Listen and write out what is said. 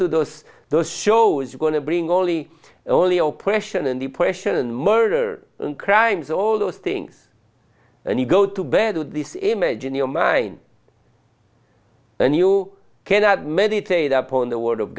to those those shows are going to bring only only or pression and depression and murder and crimes all those things and you go to bed with this image in your mind and you cannot meditate upon the word of